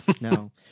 No